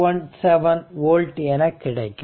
817 old என கிடைக்கும்